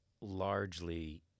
largely